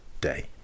day